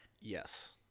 Yes